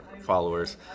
followers